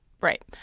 right